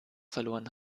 verloren